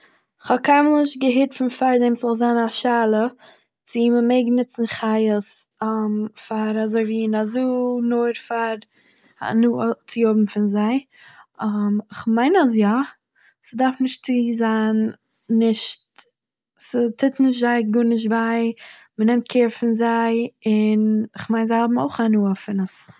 כ'האב קיינמאל נישט געהערט פון פאר דעם ס'זאל זיין א שאלה צו מ'מעג ניצן חיות פאר אזויווי אין א זו, נאר פאר הנאה צו האבן פון זיי כ'מיין אז יא, ס'דארף נישט צו זיין נישט- ס'טוהט נישט זיי גארנישט וויי, מ'נעמט קעיר פון זיי און איך מיין זיי האבן אויך הנאה פון עס